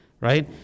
right